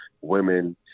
women